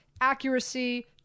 accuracy